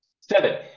Seven